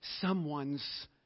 someone's